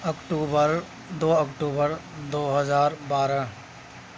اکٹوبر دو اکٹوبر دو ہزار بارہ